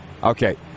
Okay